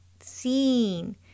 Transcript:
seeing